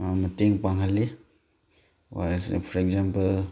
ꯃꯇꯦꯡ ꯄꯥꯡꯍꯜꯂꯤ as for example